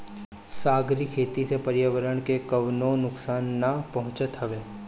सागरी खेती से पर्यावरण के कवनो नुकसान ना पहुँचत हवे